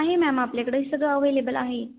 नाही मॅम आपल्याकडे सगळं अव्हेलेबल आहे